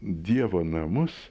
dievo namus